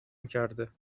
میکرده